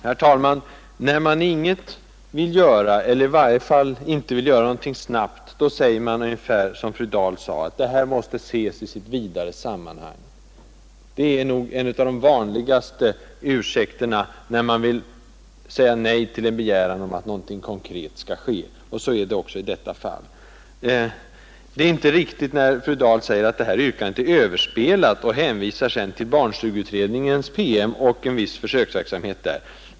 Herr talman! När man inget vill göra eller i varje fall inte vill göra någonting snabbt, då säger man ungefär som fru Dahl sade, att det här måste ses i sitt vidare sammanhang. Det är en av de vanligaste ursäkterna när man vill säga nej till en begäran om att någonting konkret skall ske, och så är det också i detta fall. Det är inte riktigt när fru Dahl säger att det här yrkandet är överspelat och sedan hänvisar till barnstugeutredningens PM och en viss försöksverksamhet.